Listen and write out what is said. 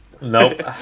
Nope